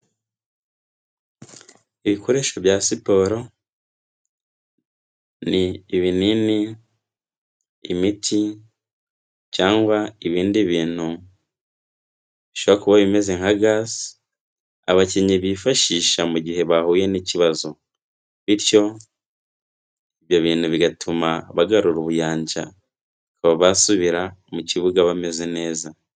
Ibikoresho bya siporo, ni ibinini, imiti cyangwa ibindi bintu bishobora kuba bimeze nka gaze, abakinnyi bifashisha mu gihe bahuye n'ikibazo bityo ibyo bintu bigatuma bagarura ubuyanja bakaba basubira mu kibuga bameze neza.